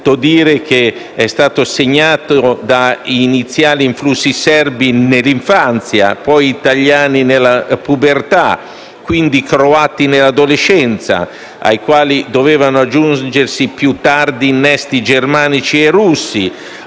era solito dire che era stato segnato da iniziali influssi serbi nell'infanzia, poi italiani nella pubertà, quindi croati nell'adolescenza, ai quali dovevano aggiungersi, più tardi, innesti germanici e russi.